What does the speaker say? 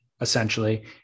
essentially